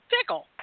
pickle